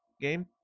game